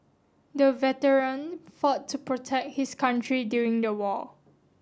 the veteran fought to protect his country during the war